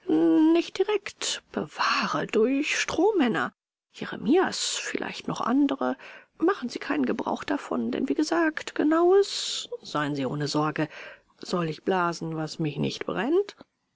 nicht direkt bewahre durch strohmänner jeremias vielleicht noch andere machen sie keinen gebrauch davon denn wie gesagt genaues seien sie ohne sorge soll ich blasen was mich nicht brennt